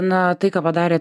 na tai ką padarė